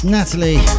Natalie